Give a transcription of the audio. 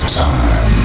time